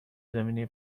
زمینی